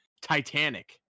titanic